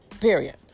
Period